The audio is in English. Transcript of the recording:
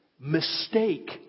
mistake